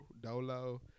Dolo